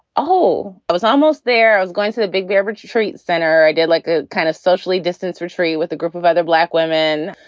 ah i was almost there. i was going to the big bear retreat center. i did like a kind of socially distance retreat with a group of other black women,